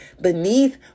beneath